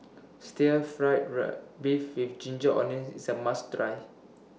Stir Fried Beef with Ginger Onions IS A must Try